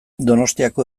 donostiako